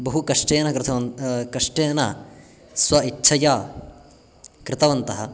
बहुकष्टेन कृतवन् कष्टेन स्व इच्छया कृतवन्तः